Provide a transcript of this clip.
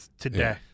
today